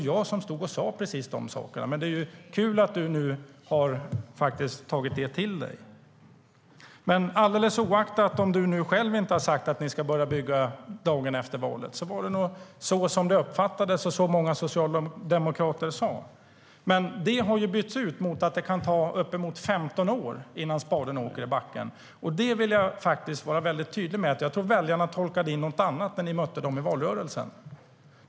Jag stod och sa precis de sakerna. Men det är kul att du har tagit det till dig nu, Leif Pettersson.Alldeles oaktat om du nu själv inte har sagt att ni ska börja bygga dagen efter valet var det nog det som många uppfattade att många socialdemokrater sa. Men det har bytts ut mot att det kan ta uppemot 15 år innan spaden åker i backen. Jag vill vara tydlig med att jag tror att väljarna tolkade in något annat när ni mötte dem i valrörelsen.